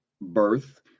birth